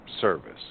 Service